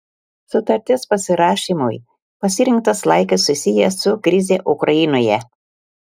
sutarties pasirašymui pasirinktas laikas susijęs su krize ukrainoje